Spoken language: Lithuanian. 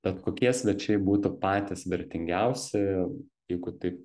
tad kokie svečiai būtų patys vertingiausi jeigu taip